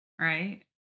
Right